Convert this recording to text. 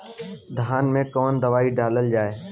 धान मे कवन दवाई डालल जाए?